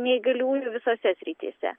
neįgaliųjų visose srityse